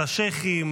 את השייח'ים,